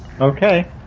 Okay